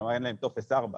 כלומר אין להם טופס 4,